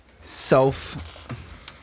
self